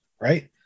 right